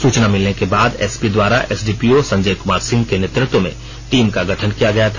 सूचना मिलने के बाद एसपी द्वारा एसडीपीओ संजय कुमार सिंह के नेतृत्व में टीम का गठन किया गया था